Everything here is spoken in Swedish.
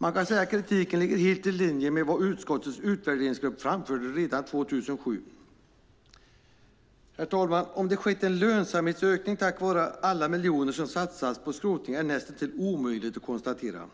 Man kan säga att kritiken ligger helt i linje med vad utskottets utvärderingsgrupp framförde redan 2007. Herr talman! Om det skett en lönsamhetsökning tack vare alla miljoner som satsats på skrotning är näst intill omöjligt att avgöra.